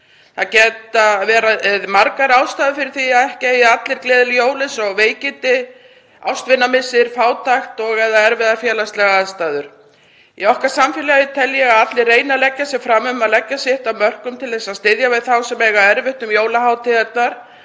Það geta verið margar ástæður fyrir því að ekki eigi allir gleðileg jól, eins og veikindi, ástvinamissir, fátækt og/eða erfiðar félagslegar aðstæður. Í okkar samfélagi tel ég að allir reyni að leggja sig fram um að leggja sitt af mörkum til að styðja við þá sem eiga erfitt um jólahátíðina